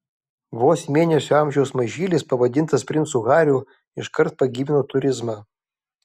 vos mėnesio amžiaus mažylis pavadintas princu hariu iškart pagyvino turizmą